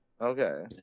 Okay